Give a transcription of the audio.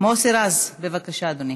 מוֹסי רז, בבקשה, אדוני.